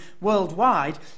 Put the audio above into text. worldwide